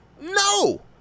No